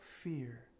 fear